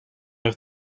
have